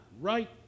right